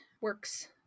works